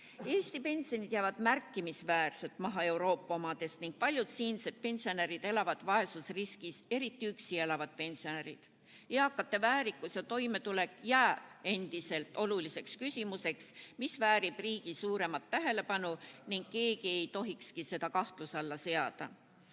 Eesti pensionid jäävad märkimisväärselt maha Euroopa omadest ning paljud siinsed pensionärid elavad vaesusriskis, eriti üksi elavad pensionärid. Eakate väärikus ja toimetulek jääb endiselt oluliseks küsimuseks, mis väärib riigi suuremat tähelepanu, ning keegi ei tohikski seda kahtluse alla seada.